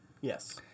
Yes